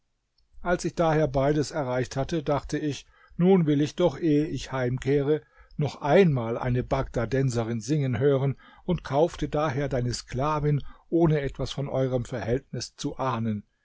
als ich daher beides erreicht hatte dachte ich nun will ich doch ehe ich heimkehre noch einmal eine bagdadenserin singen hören und kaufte daher deine sklavin ohne etwas von eurem verhältnis zu ahnen